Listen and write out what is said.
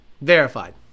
verified